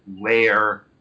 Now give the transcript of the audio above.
layer